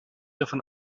davon